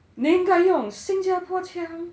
你因该用新加坡腔